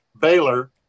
Baylor